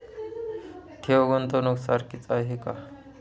ठेव, गुंतवणूक सारखीच आहे का?